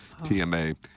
TMA